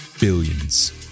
billions